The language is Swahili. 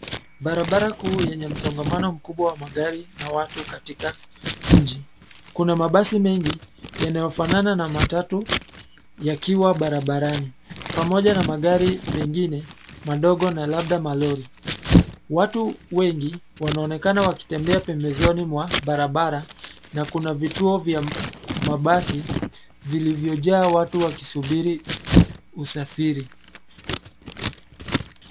Barabara kuu yenye msongamano mkubwa wa magari na watu katika mji, kuna mabasi mengi yanayofanana na matatu yakiwa barabarani pamoja na magari mengine madogo na labda malori. Watu wengi, wanaonekana wakitembea pembezoni mwa barabara na kuna vituo vya mabasi vilivyojaa watu wakisubiri usafiri.